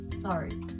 Sorry